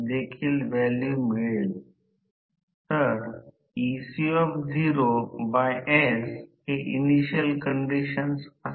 कारण जर n ns दरम्यानचा संबंधित वेग स्टेटर फील्ड आणि रोटर विंडिंग 0 असेल